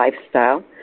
lifestyle